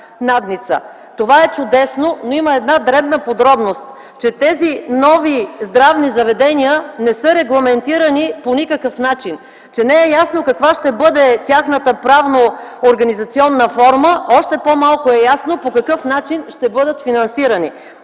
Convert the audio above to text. Това е чудесно, но има една дребна подробност, че тези нови лечебни заведения не са регламентирани по никакъв начин, не е ясно каква ще бъде тяхната правно-организационна форма, още по-малко е ясно по какъв начин ще бъдат финансирани.